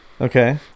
okay